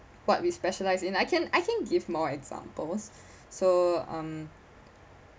what we specialize in I can I can give more examples so um